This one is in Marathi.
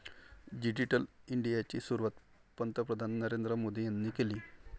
डिजिटल इंडियाची सुरुवात पंतप्रधान नरेंद्र मोदी यांनी केली